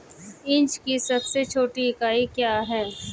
Inch की सबसे छोटी इकाई क्या है?